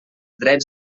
drets